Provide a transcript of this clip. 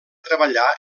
treballar